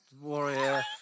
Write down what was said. warrior